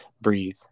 breathe